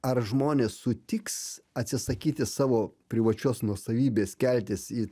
ar žmonės sutiks atsisakyti savo privačios nuosavybės keltis į